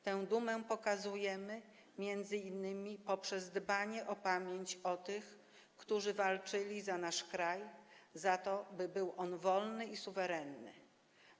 Tę dumę pokazujemy m.in. poprzez dbanie o pamięć o tych, którzy walczyli za nasz kraj, za to, by był on wolny i suwerenny.